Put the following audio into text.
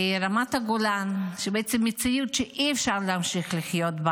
רמת הגולן, במציאות שאי-אפשר להמשיך לחיות.